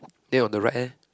then on the right eh